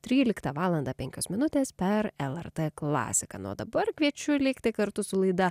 tryliktą valandą penkios minutės per lrt klasiką nu o dabar kviečiu likti kartu su laida